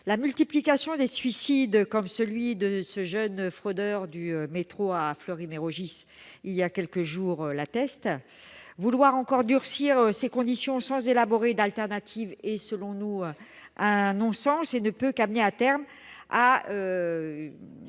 La multiplication des suicides, comme celui de ce jeune fraudeur du métro, il y a quelques jours, à Fleury-Mérogis, l'atteste. Vouloir encore durcir ces conditions sans élaborer d'alternatives est, selon nous, un non-sens et ne peut qu'amener, à terme,